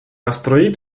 asteroid